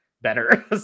better